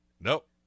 Nope